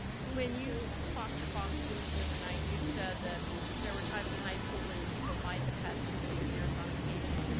when you so talk to fox news the other night, you said that there were times in high school where people might have had too many beers on occasion.